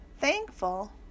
thankful